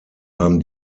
haben